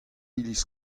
iliz